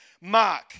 Mark